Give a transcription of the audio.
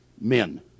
men